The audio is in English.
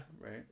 right